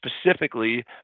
specifically